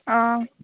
অঁ